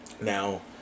Now